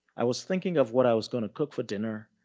i was thinking of what i was gonna cook for dinner.